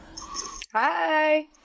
Hi